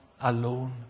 alone